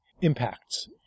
impacts